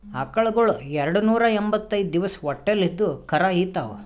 ಆಕಳಗೊಳ್ ಎರಡನೂರಾ ಎಂಭತ್ತೈದ್ ದಿವಸ್ ಹೊಟ್ಟಲ್ ಇದ್ದು ಕರಾ ಈತಾವ್